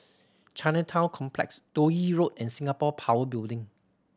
Chinatown Complex Toh Yi Road and Singapore Power Building